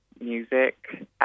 music